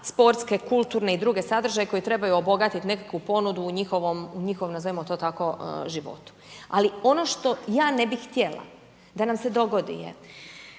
sportske, kulturne i druge sadržaje koje trebaju obogatiti nekakvu ponudu u njihovom, u njihovom nazovimo to tako životu. Ali ono što ja ne bih htjela da nam se dogodi je,